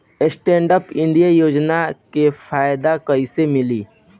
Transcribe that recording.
Stand up India योजना के फायदा कैसे मिली?